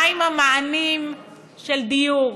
מה עם המענים של דיור,